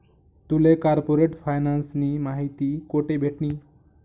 तुले कार्पोरेट फायनान्सनी माहिती कोठे भेटनी?